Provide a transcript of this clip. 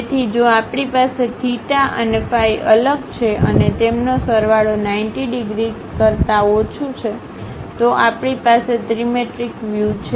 તેથી જો આપણી પાસે થિટા અને ફાઇ અલગ છે અને તેમનો સરવાળો 90 ડિગ્રી કરતા ઓછો છે તો આપણી પાસે ત્રિમેટ્રિક વ્યૂ છે